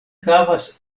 havas